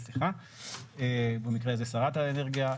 במקרה הזה שרת האנרגיה,